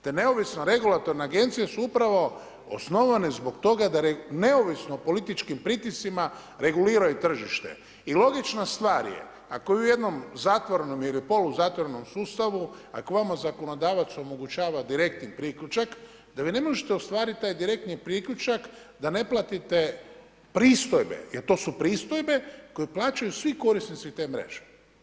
Te neovisne regulatorne agencije su upravo osnovane zbog toga da neovisno o političkim pritiscima reguliraju tržište i logična stvar je, ako vi u jednom zatvorenom ili poluzatvorenom sustavu, ako vama zakonodavac omogućava direktno priključak, da vi ne možete ostvariti taj direktni priključak da ne platite pristojbe, jer to su pristojbe koje plaćaju svi korisnici te mreže.